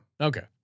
Okay